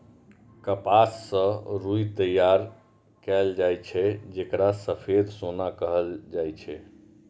कपास सं रुई तैयार कैल जाए छै, जेकरा सफेद सोना कहल जाए छै